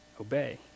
obey